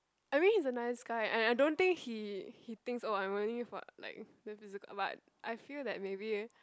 I mean he's a nice guy and and I don't think he he thinks oh I'm only for like the physical but I feel that maybe